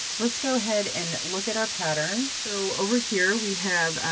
let's go ahead and look at our pattern. so over here, we have,